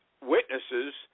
witnesses